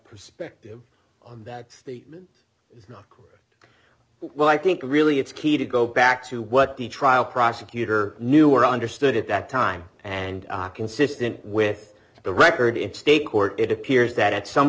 perspective on that statement is not correct well i think really it's key to go back to what the trial prosecutor knew or understood at that time and consistent with the record in state court it appears that at some